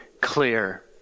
clear